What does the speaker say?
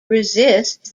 resist